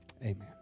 Amen